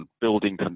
building